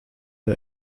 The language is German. der